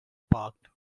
parked